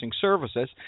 Services